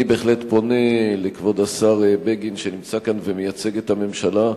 אני בהחלט פונה אל כבוד השר בגין שנמצא כאן ומייצג את הממשלה: